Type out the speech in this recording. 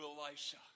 Elisha